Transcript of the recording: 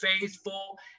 faithful